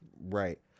Right